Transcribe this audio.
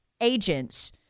agents